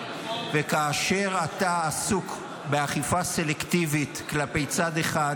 וכאשר אתה עסוק באכיפה סלקטיבית כלפי צד אחד